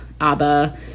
ABBA